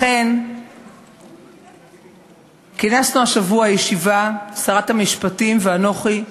לכן כינסנו השבוע ישיבה, שרת המשפטים ואנוכי,